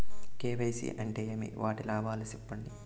KYC అంటే ఏమి? వాటి లాభాలు సెప్పండి?